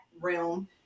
realm